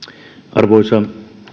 arvoisa